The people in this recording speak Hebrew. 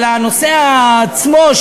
על הנושא עצמו,